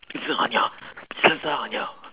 lasagna lasagna